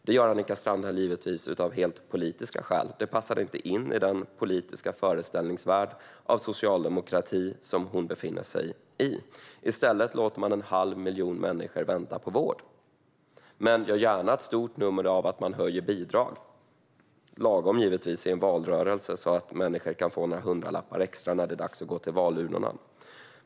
Det gör Annika Strandhäll givetvis av helt politiska skäl - det passar inte in i den politiska föreställningsvärld av socialdemokrati som hon befinner sig i. I stället låter man en halv miljon människor vänta på vård. Man gör gärna ett stort nummer av att man höjer bidrag - givetvis lagom till en valrörelse så att människor kan få några hundralappar extra när det är dags att gå till valurnorna.